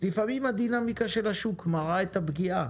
לפעמים הדינמיקה של השוק מראה את הפגיעה